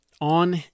on